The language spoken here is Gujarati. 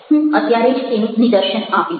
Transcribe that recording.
હું અત્યારે જ તેનું નિદર્શન આપીશ